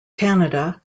canada